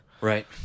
Right